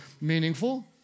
meaningful